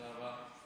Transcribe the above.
תודה רבה.